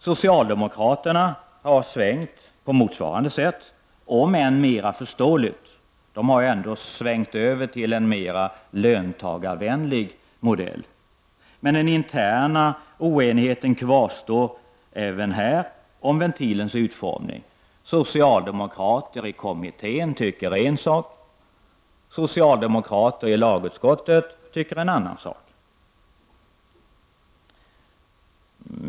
Socialdemokraterna har svängt på motsvarande sätt — om än mera förståeligt. De har ändå svängt över till en mera löntagarvänlig modell. Men den interna oenigheten kvarstår även här om ventilens utformning. Socialdemokraterna i kommittén tycker en sak. Socialdemokraterna i lagutskottet tycker en annan sak.